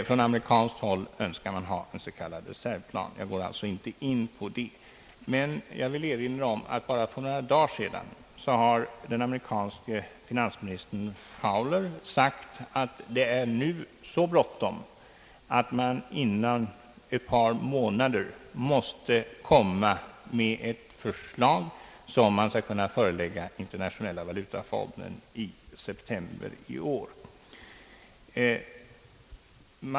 Från amerikanskt håll önskar man en s.k. reservplan — men det skall jag inte gå in på här. Däremot vill jag erinra om att den amerikanske finansministern Fowler bara för några dagar sedan sade att det nu är så bråttom att man inom ett par månader måste komma med ett förslag som skall föreläggas den internationella valutafonden i september i år.